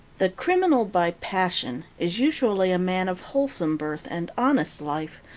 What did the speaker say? the criminal by passion is usually a man of wholesome birth and honest life,